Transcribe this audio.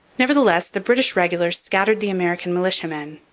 nevertheless, the british regulars scattered the american militiamen,